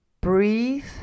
breathe